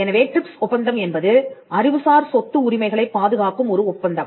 எனவே ட்ரிப்ஸ் ஒப்பந்தம் என்பது அறிவுசார் சொத்து உரிமைகளைப் பாதுகாக்கும் ஒரு ஒப்பந்தம்